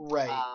Right